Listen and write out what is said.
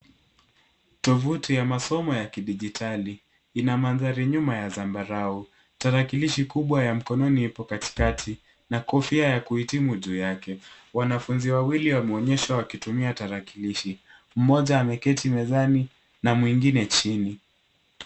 Tovuti ya masomo ya kidijitali. Ina mandhari nyuma ya zambarau. Tarakilishi kubwa ya mkononi ipo katikati na kofia ya kuhitimu juu yake. Wanafunzi wawili wameonyeshwa wakitumia taralilishi. Mmoja ameketi mezani na mwingine chini.